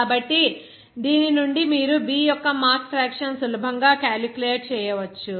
కాబట్టి దీని నుండి మీరు B యొక్క మాస్ ఫ్రాక్షన్ సులభంగా క్యాలిక్యులేట్ చేయవచ్చు